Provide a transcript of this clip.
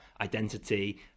identity